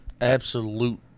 Absolute